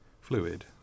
fluid